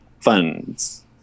funds